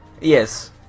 Yes